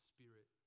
Spirit